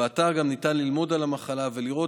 באתר גם ניתן ללמוד על המחלה, ולראות,